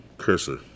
cursor